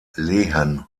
lehen